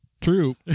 True